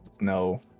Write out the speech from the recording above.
No